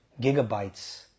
gigabytes